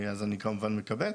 אז אני כמובן מקבל.